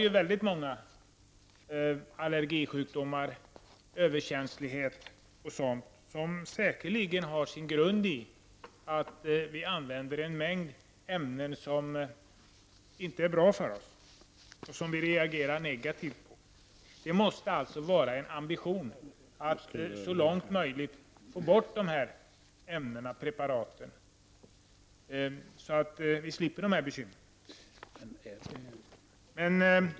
Många människor lider av allergisjukdomar, överkänslighet, osv. som säkerligen har sin grund i att vi använder en mängd ämnen som inte är bra för oss och som vi reagerar negativt på. Det måste alltså vara en ambition att vi så långt möjligt försöker få bort dessa ämnen och preparat så att vi slipper dessa bekymmer.